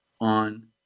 on